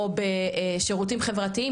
או בשירותים חברתיים,